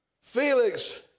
Felix